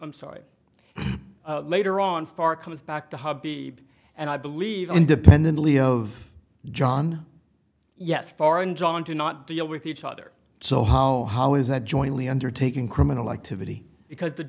i'm sorry later on far comes back to hubby and i believe independently of john yes foreign john do not deal with each other so how how is that jointly undertaking criminal activity because the